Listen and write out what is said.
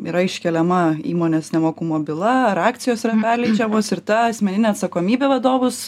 yra iškeliama įmonės nemokumo byla ar akcijos yra perleidžiamos ir ta asmeninė atsakomybė vadovus